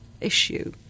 Issue